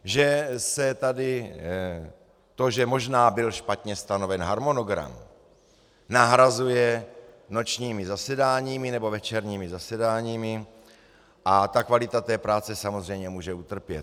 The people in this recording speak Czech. Že se tady to, že možná byl špatně stanoven harmonogram, nahrazuje nočními zasedáními nebo večerními zasedáními a kvalita práce samozřejmě může utrpět.